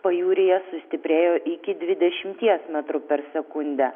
pajūryje sustiprėjo iki dvidešimties metrų per sekundę